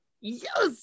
yes